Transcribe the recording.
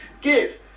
give